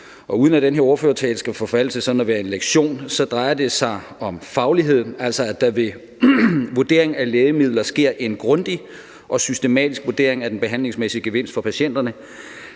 Uden at den her ordførertale skal forfalde til sådan at være en lektion, så drejer det sig om fagligheden, altså at der ved vurdering af lægemidler sker en grundig og systematisk vurdering af den behandlingsmæssige gevinst for patienterne